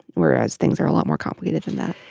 whereas things are a lot more complicated than that.